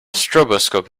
stroboscope